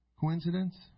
Coincidence